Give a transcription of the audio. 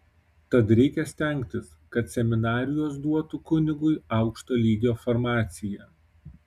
tad reikia stengtis kad seminarijos duotų kunigui aukšto lygio formaciją